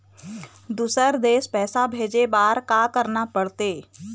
दुसर देश पैसा भेजे बार का करना पड़ते?